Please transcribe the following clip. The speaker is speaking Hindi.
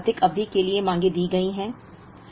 अब 12 से अधिक अवधि के लिए मांगें दी गई हैं